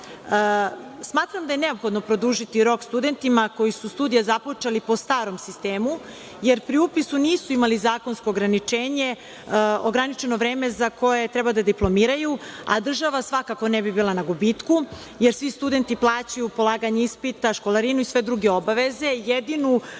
da je neophodno produžiti rok studentima koji su studije započeli po starom sistemu, jer pri upisu nisu imali zakonsko ograničenje, ograničeno vreme za koje treba da diplomiraju, a država svakako ne bi bila na gubitku, jer svi studenti plaćaju polaganje ispita, školarinu i sve druge obaveze. Jedinu